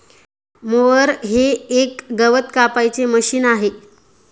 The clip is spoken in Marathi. मोअर हे एक गवत कापायचे मशीन आहे